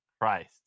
Christ